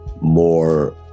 more